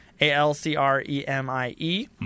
A-L-C-R-E-M-I-E